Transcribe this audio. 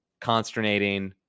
consternating